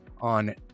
on